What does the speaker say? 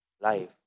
life